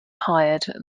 hired